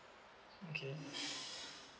okay